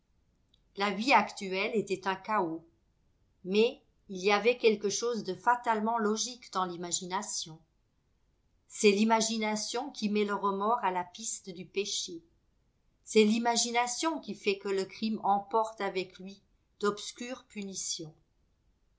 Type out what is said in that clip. la vie actuelle était un chaos mais il y avait quelque chose de fatalement logique dans l'imagination c'est l'imagination qui met le remords à la piste du péché c'est l'imagination qui fait que le crime emporte avec lui d'obscures punitions